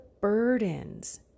burdens